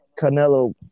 Canelo